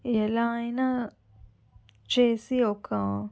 ఎలా అయినా చేసి ఒకా